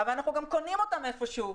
אבל אנחנו גם קונים אותם איפשהו.